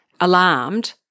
alarmed